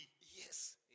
Yes